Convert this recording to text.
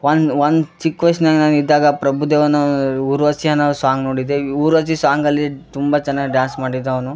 ಒಂದು ಒಂದು ಚಿಕ್ಕ ವಯಸ್ನ್ಯಾಗ ನಾವು ಇದ್ದಾಗ ಪ್ರಭುದೇವನ ಊರ್ವಶಿ ಸಾಂಗ್ ನೋಡಿದೆ ಈ ಊರ್ವಶಿ ಸಾಂಗಲ್ಲಿ ತುಂಬ ಚೆನ್ನಾಗಿ ಡ್ಯಾನ್ಸ್ ಮಾಡಿದ್ದ ಅವನು